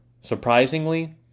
surprisingly